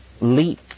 leap